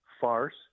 farce